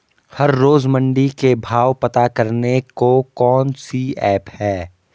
हर रोज़ मंडी के भाव पता करने को कौन सी ऐप है?